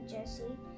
Jessie